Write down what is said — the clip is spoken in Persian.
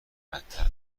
بدتر